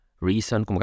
reason